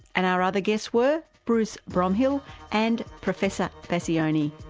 and our other guests were, bruce broomhall and professor bassiouni.